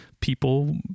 people